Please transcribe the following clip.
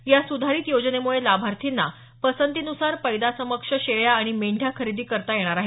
या सुधारीत योजनेमुळे लाभार्थींना पसंतीनुसार पैदासक्षम शेळ्या आणि मेंढ्या खरेदी करता येणार आहे